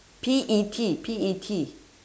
P E T P E T